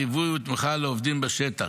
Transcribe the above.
ליווי ותמיכה לעובדים בשטח,